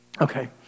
Okay